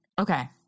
okay